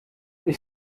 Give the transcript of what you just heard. ich